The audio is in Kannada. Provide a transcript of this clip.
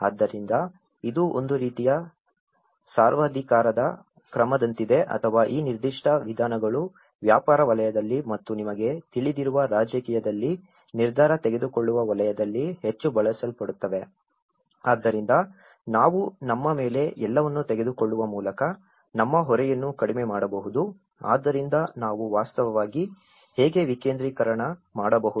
ಆದ್ದರಿಂದ ಇದು ಒಂದು ರೀತಿಯ ಸರ್ವಾಧಿಕಾರದ ಕ್ರಮದಂತಿದೆ ಅಥವಾ ಈ ನಿರ್ದಿಷ್ಟ ವಿಧಾನಗಳು ವ್ಯಾಪಾರ ವಲಯದಲ್ಲಿ ಮತ್ತು ನಿಮಗೆ ತಿಳಿದಿರುವ ರಾಜಕೀಯದಲ್ಲಿ ನಿರ್ಧಾರ ತೆಗೆದುಕೊಳ್ಳುವ ವಲಯದಲ್ಲಿ ಹೆಚ್ಚು ಬಳಸಲ್ಪಡುತ್ತವೆ ಆದ್ದರಿಂದ ನಾವು ನಮ್ಮ ಮೇಲೆ ಎಲ್ಲವನ್ನೂ ತೆಗೆದುಕೊಳ್ಳುವ ಮೂಲಕ ನಮ್ಮ ಹೊರೆಯನ್ನು ಕಡಿಮೆ ಮಾಡಬಹುದು ಆದ್ದರಿಂದ ನಾವು ವಾಸ್ತವವಾಗಿ ಹೇಗೆ ವಿಕೇಂದ್ರೀಕರಣ ಮಾಡಬಹುದು